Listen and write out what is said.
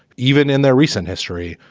even in their recent history,